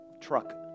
truck